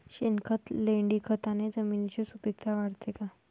शेणखत, लेंडीखताने जमिनीची सुपिकता वाढते का?